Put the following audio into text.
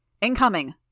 Incoming